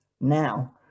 now